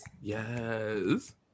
Yes